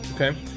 Okay